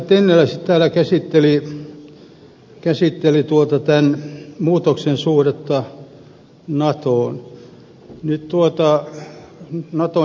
tennilä täällä käsitteli tämän muutoksen suhdetta natoon